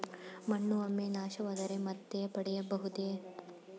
ಮಣ್ಣು ಒಮ್ಮೆ ನಾಶವಾದರೆ ಮತ್ತೆ ಪಡೆಯಬಹುದೇ?